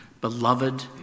Beloved